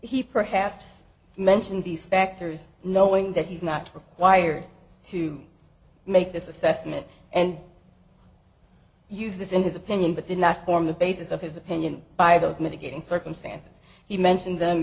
he perhaps mention these factors knowing that he's not required to make this assessment and use this in his opinion but did not form the basis of his opinion by those mitigating circumstances he mentioned them